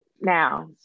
now